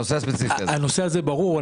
הנושא הזה ברור,